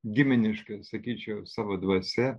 giminiška sakyčiau savo dvasia